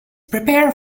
prepare